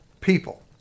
people